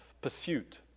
pursuit